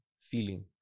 feeling